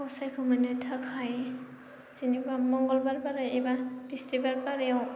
गसाइखौ मोननो थाखाय जेनेबा मंगलबार बाराय एबा बिस्थिबार बारायाव